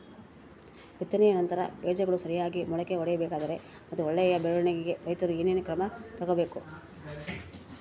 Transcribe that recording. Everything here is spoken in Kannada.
ಬಿತ್ತನೆಯ ನಂತರ ಬೇಜಗಳು ಸರಿಯಾಗಿ ಮೊಳಕೆ ಒಡಿಬೇಕಾದರೆ ಮತ್ತು ಒಳ್ಳೆಯ ಬೆಳವಣಿಗೆಗೆ ರೈತರು ಏನೇನು ಕ್ರಮ ತಗೋಬೇಕು?